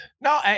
No